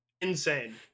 Insane